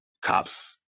cops